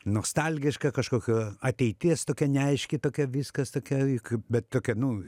nostalgiška kažkokio ateities tokia neaiški tokia viskas tokia kaip bet tokia nu